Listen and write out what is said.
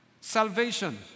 Salvation